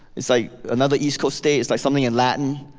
it's like, another east coast state, it's like something in latin.